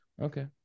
Okay